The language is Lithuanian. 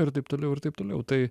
ir taip toliau ir taip toliau tai